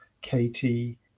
Katie